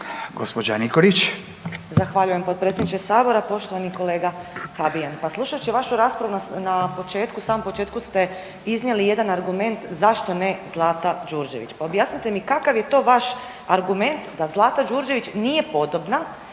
Romana (SDP)** Zahvaljujem, potpredsjedniče Sabora. Poštovani kolega Habijan, pa slušajući vašu raspravu na samom početku ste iznijeli jedan argument zašto ne Zlata Đurđević. Pa objasnite mi kakav je to vaš argument da Zlata Đurđević nije podobna